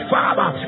Father